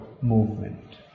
movement